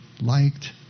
liked